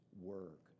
work